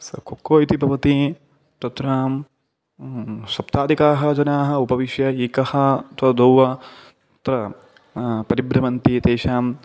स कोक्को इति भवति तत्र सप्ताधिकाः जनाः उपविश्य एकः अथवा द्वौ वा तत्र परिभ्रमन्ति एतेषां